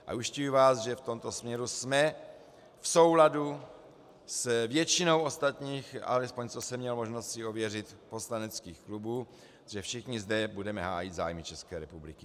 A ujišťuji vás, že v tomto směru jsme v souladu s většinou ostatních, alespoň co jsem měl možnost si ověřit, poslaneckých klubů, že všichni zde budeme hájit zájmy České republiky.